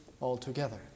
altogether